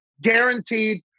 Guaranteed